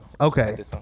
okay